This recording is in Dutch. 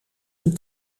een